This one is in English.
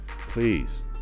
please